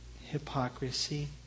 Hypocrisy